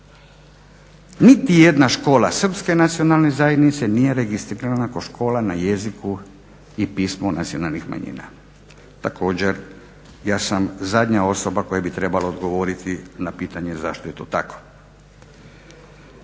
Niti jedna škola Srpske nacionalne zajednice nije registrirana kao škola na jeziku i pismu nacionalnih manjina. Također ja sam zadnja osoba koja bi trebala odgovoriti na pitanje zašto je to tako.